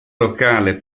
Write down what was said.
locale